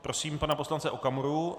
Prosím pana poslance Okamuru.